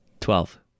Twelve